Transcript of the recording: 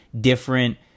different